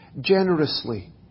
generously